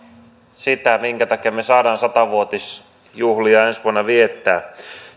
minkä takia me saamme sata vuotisjuhlia ensi vuonna viettää